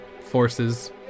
forces